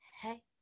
Hey